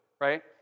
right